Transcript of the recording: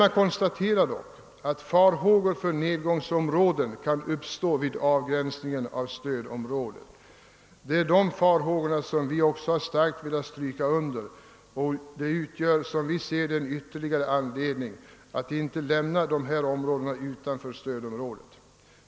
Man konstaterar dock att farhågor för nedgångsområden kan uppstå vid avgränsningen av stödområdet. Dessa farhågor vill även vi starkt understryka, och det utgör ytterligare en anledning till att inte lämna dessa områden utanför stödområdet.